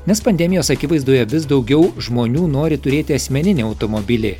nes pandemijos akivaizdoje vis daugiau žmonių nori turėti asmeninį automobilį